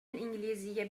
الإنجليزية